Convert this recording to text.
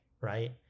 right